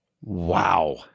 wow